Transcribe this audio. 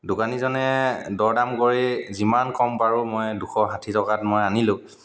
দোকানীজনে দৰ দাম কৰি যিমান কম পাৰোঁ মই দুশ ষাঠি টকাত মই আনিলোঁ